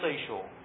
seashore